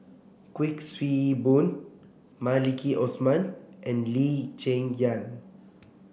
Kuik Swee Boon Maliki Osman and Lee Cheng Yan